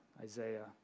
Isaiah